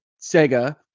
Sega